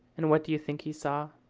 and what do you think he saw?